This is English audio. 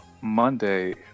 Monday